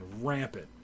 rampant